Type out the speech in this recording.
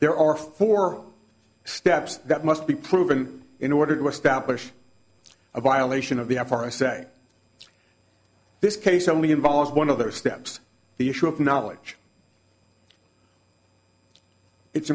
there are four steps that must be proven in order to establish a violation of the f r i say this case only involves one of those steps the issue of knowledge it's